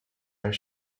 are